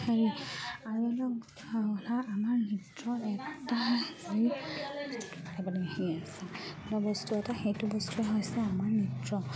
হেৰি আৰু এটা কথা আমাৰ নৃত্যৰ এটা যি পাৰিবলৈ আহি আছে বস্তু এটা সেইটো বস্তুৱে হৈছে আমাৰ নৃত্য